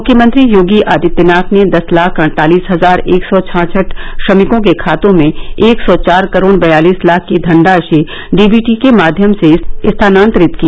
मुख्यमंत्री योगी आदित्यनाथ ने दस लाख अड़तालिस हजार एक सौ छाछठ श्रमिकों के खातों में एक सौ चार करोड़ बयालिस लाख की धनराशि डीवीटी के माध्यम से स्थानांतरित की